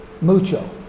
mucho